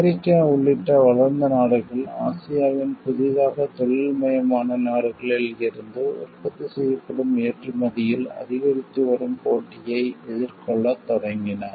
America உள்ளிட்ட வளர்ந்த நாடுகள் ஆசியாவின் புதிதாக தொழில்மயமான நாடுகளில் இருந்து உற்பத்தி செய்யப்படும் ஏற்றுமதியில் அதிகரித்து வரும் போட்டியை எதிர்கொள்ளத் தொடங்கின